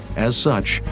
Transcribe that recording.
as such,